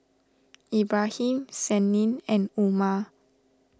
Ibrahim Senin and Umar